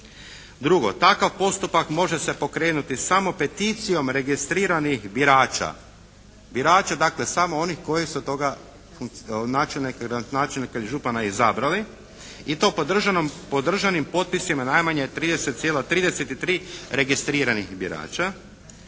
Drugo, takav postupak može se pokrenuti samo peticijom registriranih birača, birača dakle samo onih koji su tog načelnika ili župana izabrali i to podržanim potpisima najmanje 30,33 registriranih birača.